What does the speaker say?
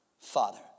father